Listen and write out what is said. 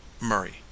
murray